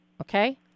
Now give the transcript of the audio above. Okay